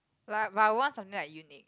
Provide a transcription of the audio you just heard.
like but what's something like unique